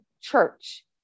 church